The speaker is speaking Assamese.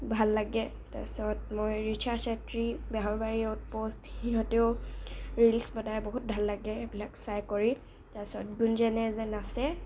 ভাল লাগে তাৰপিছত মই ৰিছা চেত্ৰী বেহাৰবাৰী আউট পোষ্ট সিহঁতেও ৰিলচ বনাই বহুত ভাল লাগে সেইবিলাক চাই কৰি তাৰপিছত গুঞ্জনে যে নাচে